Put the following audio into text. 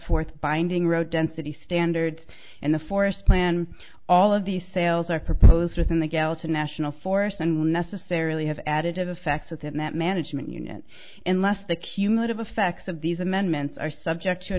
forth binding road density standards and the forest plan all of these sales are proposed within the gallatin national forest and will necessarily have added to the fact within that management unit in less the cumulative effects of these amendments are subject to